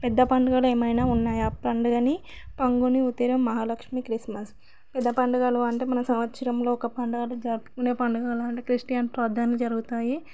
పెద్ద పండుగలు ఏమైనా ఉన్నాయా పండుగని మహాలక్ష్మి క్రిస్మస్ పెద్ద పండుగలు అంటే మన సంవత్సరంలో ఒక పండుగను జరుపుకునే పండుగలు అంటే క్రిస్టియన్ ప్రార్థనలు జరుగుతాయి